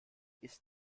ist